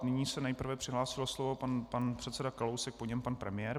Nyní se nejprve přihlásil o slovo pan předseda Kalousek, po něm pan premiér.